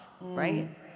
right